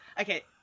Okay